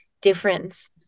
difference